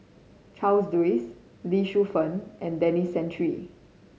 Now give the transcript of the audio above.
Charles Dyce Lee Shu Fen and Denis Santry